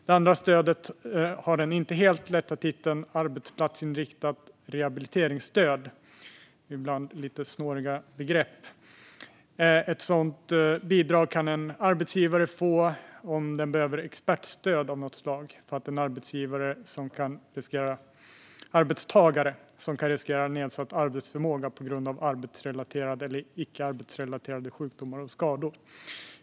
Det andra stödet har den inte helt lätta titeln arbetsplatsinriktat rehabiliteringsstöd - det är ibland lite snåriga begrepp. Ett sådant bidrag kan en arbetsgivare få om man behöver expertstöd av något slag för att en arbetstagare kan riskera nedsatt arbetsförmåga på grund av arbetsrelaterade eller icke arbetsrelaterade sjukdomar och skador.